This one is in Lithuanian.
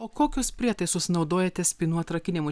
o kokius prietaisus naudojate spynų atrakinimui